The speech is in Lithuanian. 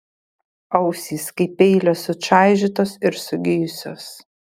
ausys kaip peilio sučaižytos ir sugijusios